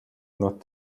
not